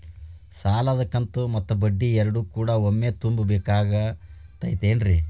ಸಾಲದ ಕಂತು ಮತ್ತ ಬಡ್ಡಿ ಎರಡು ಕೂಡ ಒಮ್ಮೆ ತುಂಬ ಬೇಕಾಗ್ ತೈತೇನ್ರಿ?